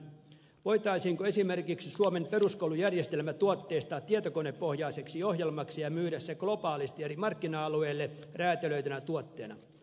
voitaisiinko esimerkiksi suomen peruskoulujärjestelmä tuotteistaa tietokonepohjaiseksi ohjelmaksi ja myydä se globaalisti eri markkina alueille räätälöitynä tuotteena